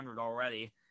already